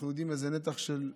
אנחנו יודעים איזה נתח של ציבור,